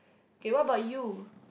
okay what about you